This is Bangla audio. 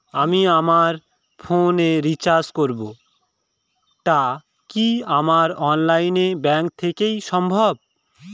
আমি আমার ফোন এ রিচার্জ করব টা কি আমার অনলাইন ব্যাংক থেকেই সম্ভব?